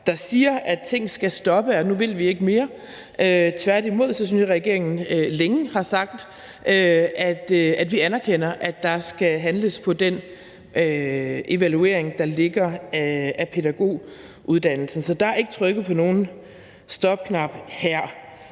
der siger, at ting skal stoppe, og at nu vil vi ikke mere. Tværtimod synes jeg, regeringen længe har sagt, at vi anerkender, at der skal handles på baggrund af den evaluering af pædagoguddannelsen, der ligger. Så der er ikke trykket på nogen stopknap her.